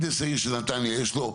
מהנדס העיר של נתניה יש לו,